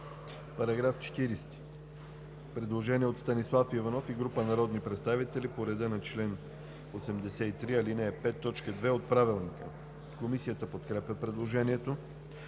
По § 45 има предложение на Станислав Иванов и група народни представители по реда на чл. 83, ал. 5, т. 2 от Правилника. Комисията подкрепя предложението.